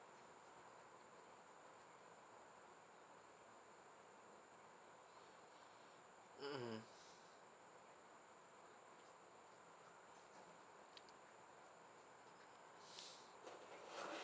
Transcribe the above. mmhmm